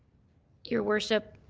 your worship,